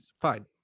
Fine